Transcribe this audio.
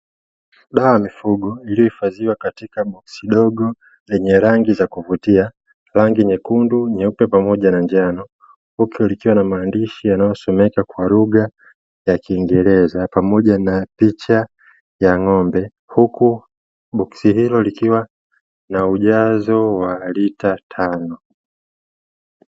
Dawa ya mifugo iliyohifadhiwa katika boksi dogo lenye rangi za kuvutia rangi nyekundu, nyeupe pamoja na njano huku likiwa na maandishi yanayosomeka kwa lugha ya kingereza pamoja na picha ya ng'ombe huku boksi hilo likiwa na ujazo wa lita tano.